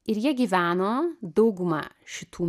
ir jie gyveno dauguma šitų